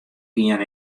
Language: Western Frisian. gien